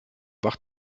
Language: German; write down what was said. wach